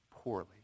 poorly